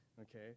okay